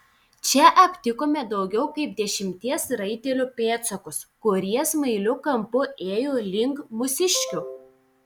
čia aptikome daugiau kaip dešimties raitelių pėdsakus kurie smailiu kampu ėjo link mūsiškių